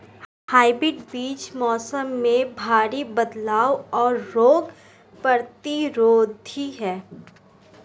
hybrid बीज मौसम में भारी बदलाव और रोग प्रतिरोधी हैं